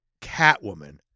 Catwoman